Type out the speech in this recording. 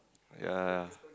ya